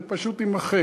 זה פשוט יימחק.